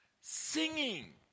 singing